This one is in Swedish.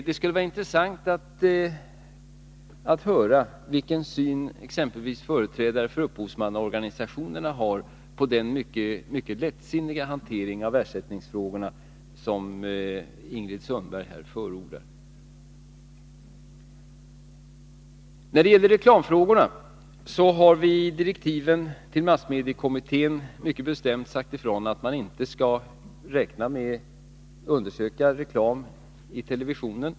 Det skulle vara intressant att höra vilken syn exempelvis företrädare för upphovsmannaorganisationerna har på den mycket lättsinniga hantering av ersättningsfrågorna som Ingrid Sundberg här förordar. När det gäller reklamfrågorna har vi i direktiven till massmediekommittén mycket bestämt sagt ifrån att man inte skall undersöka reklam i televisionen.